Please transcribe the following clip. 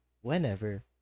whenever